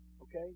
Okay